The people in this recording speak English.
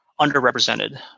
underrepresented